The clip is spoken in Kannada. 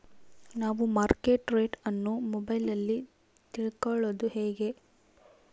ನಾವು ಮಾರ್ಕೆಟ್ ರೇಟ್ ಅನ್ನು ಮೊಬೈಲಲ್ಲಿ ತಿಳ್ಕಳೋದು ಹೇಗೆ?